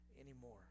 anymore